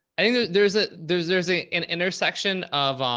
i mean there's a, there's, there's a, an intersection of, um